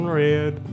red